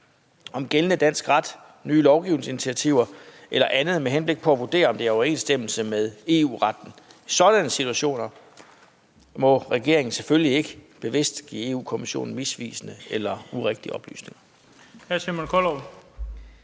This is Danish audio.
om gældende dansk ret, nye lovgivningsinitiativer eller andet med henblik på at vurdere, om det er i overensstemmelse med EU-retten. I sådanne situationer må regeringen selvfølgelig ikke bevidst give Europa-Kommissionen misvisende eller urigtige oplysninger.